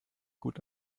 gut